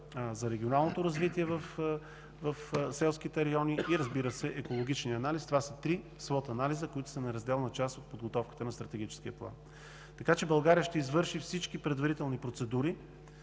за регионалното развитие в селските райони и екологичният. Това са три SWOT анализа, които са неразделна част от подготовката на Стратегическия план. Така че България ще извърши всички предварителни процедури